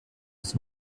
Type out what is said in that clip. his